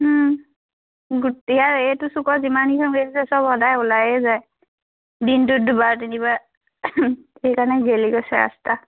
গোটে আৰু এইটো চুকত যিমানকিখন গাড়ী আছে চব সদায় ওলাইয়ে যায় দিনটোত দুবাৰ তিনিবাৰ সেইকাৰণে গেলি গৈছে ৰাস্তা